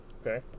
Okay